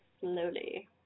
slowly